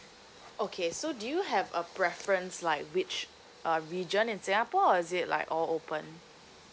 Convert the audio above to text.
okay so do you have a preference like which uh region in singapore or is it like all open